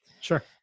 Sure